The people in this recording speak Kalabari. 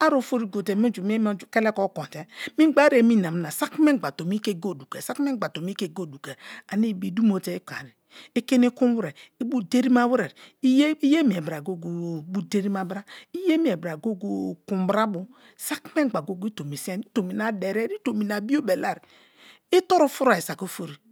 a ofori go te munju mie kele ke okon te, mingba a emi namina saki mengba saki mengba tomi i ke go dugai saki mengba tomi i ke go dugai ane ibi dumo te i kon ye. I kini kun we̱re̱ i bu iderima we̱re̱ i ye mie bra goge-e bu iderima bra, iye mie bra goge-e kun bra bo, saki mengba goge-e i tomi sien, i tomi na derie i tomi na biobalai, i toru furuke saki ofori.